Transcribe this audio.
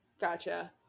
Gotcha